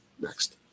next